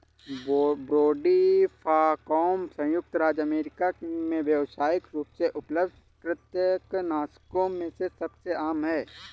brodifacoum संयुक्त राज्य America में व्यावसायिक रूप से उपलब्ध कृंतकनाशकों में सबसे आम है